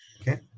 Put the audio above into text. Okay